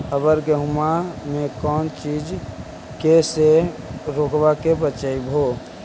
अबर गेहुमा मे कौन चीज के से रोग्बा के बचयभो?